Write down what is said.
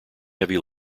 heavy